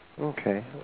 Okay